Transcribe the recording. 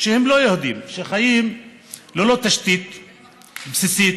שהם לא יהודים שחיים ללא תשתית בסיסית,